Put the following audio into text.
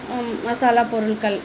மசாலா பொருள்கள்